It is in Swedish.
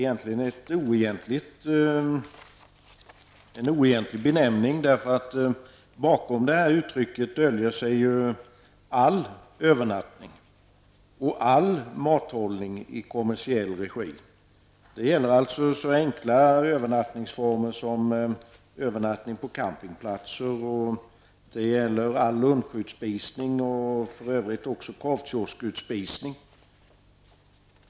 Det är också en ganska oegentlig benämning. Bakom uttrycket döljer sig ju all övernattning och all mathållning i kommersiell regi. Det gäller bl.a. en så enkel övernattningsform som övernattning på campingplatser. Det gäller också all lunchbespisning och korvkioskbespisning.